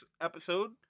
episode